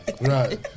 Right